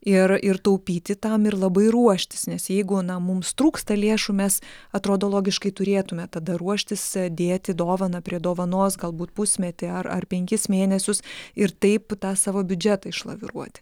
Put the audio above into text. ir ir taupyti tam ir labai ruoštis nes jeigu na mums trūksta lėšų mes atrodo logiškai turėtume tada ruoštis dėti dovaną prie dovanos galbūt pusmetį ar ar penkis mėnesius ir taip tą savo biudžetą išlaviruoti